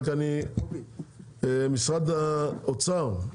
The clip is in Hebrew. משרד האוצר,